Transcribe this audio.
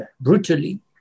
brutally